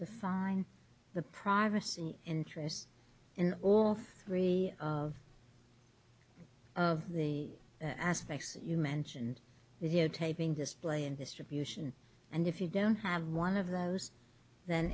to find the privacy interests in all three of the aspects you mentioned videotaping display and distribution and if you don't have one of those then